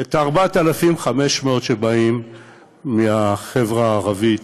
את ה-4,500 שבאים מהחברה הערבית,